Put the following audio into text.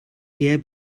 eher